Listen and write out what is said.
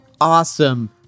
awesome